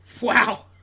Wow